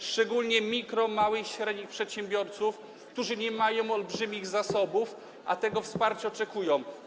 Szczególnie chodzi tu o mikro-, małych i średnich przedsiębiorców, którzy nie mają olbrzymich zasobów, a tego wsparcia oczekują.